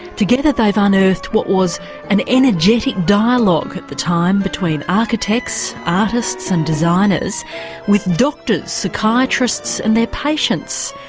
together they've unearthed what was an energetic dialogue at the time between architects, artists and designers with doctors, psychiatrists and their patients.